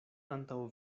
antaŭ